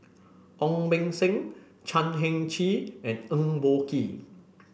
Ong Beng Seng Chan Heng Chee and Eng Boh Kee